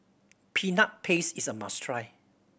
Peanut Paste is a must try